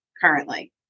currently